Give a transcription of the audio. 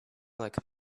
like